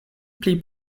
pli